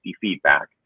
feedback